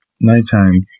nighttime